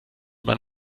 man